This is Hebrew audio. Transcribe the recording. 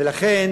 ולכן